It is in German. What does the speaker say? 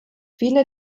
viele